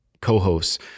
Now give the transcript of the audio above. co-hosts